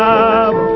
up